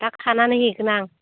दा खानानै हैगोन आं